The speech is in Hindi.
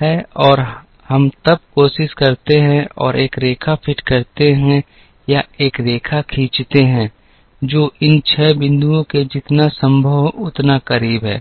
है और हम तब कोशिश करते हैं और एक रेखा फिट करते हैं या एक रेखा खींचते हैं जो इन 6 बिंदुओं के जितना संभव हो उतना करीब है